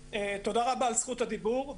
תודה רבה על זכות הדיבור.